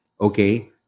Okay